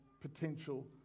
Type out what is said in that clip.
potential